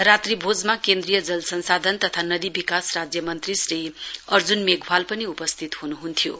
रात्रीभोजमा केन्द्रीय जल संसाधन तथा नदी विकास राज्य मन्त्री श्री अर्जुन मेघवाल पनि उपस्थित हुनुहुन्थ्यो